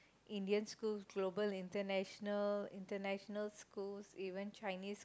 Indian school global international international school even Chinese school